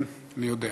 כן, אני יודע.